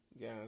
guys